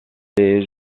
les